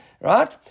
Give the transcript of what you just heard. Right